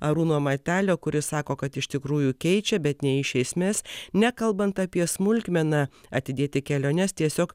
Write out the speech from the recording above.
arūno matelio kuris sako kad iš tikrųjų keičia bet neišesmės nekalbant apie smulkmeną atidėti keliones tiesiog